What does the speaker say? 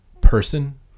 person